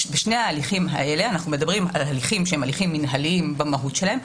בשני ההליכים האלה אנחנו מדברים על הליכים שהם מינהליים במהות שלהם,